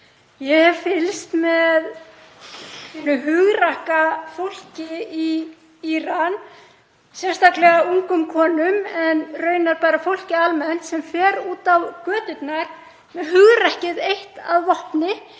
Ég hef fylgst með hinu hugrakka fólki í Íran, sérstaklega ungum konum en raunar bara fólki almennt sem fer út á göturnar með hugrekkið eitt að vopni